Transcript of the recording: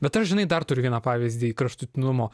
bet aš žinai dar turiu vieną pavyzdį kraštutinumo